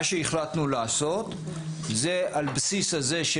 מה שהחלטנו לעשות זה על הבסיס הזה של